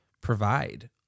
provide